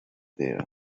there